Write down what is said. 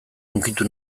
hunkitu